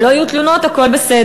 אם לא יהיו תלונות, הכול בסדר.